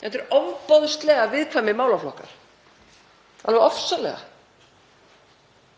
Þetta eru ofboðslega viðkvæmir málaflokkar, alveg ofsalega.